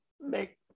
make